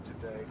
today